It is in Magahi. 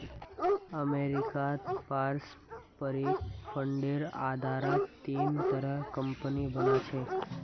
अमरीकात पारस्परिक फंडेर आधारत तीन तरहर कम्पनि बना छेक